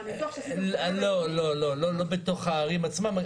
לא, לא בתוך הערים עצמן.